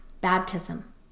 baptism